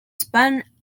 spun